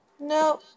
No